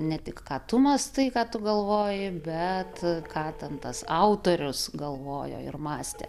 ne tik ką tu mąstai ką tu galvoji bet ką ten tas autorius galvojo ir mąstė